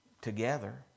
together